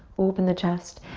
open the chest.